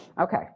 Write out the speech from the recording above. Okay